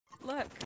Look